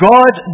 God